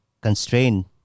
constraint